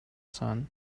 sun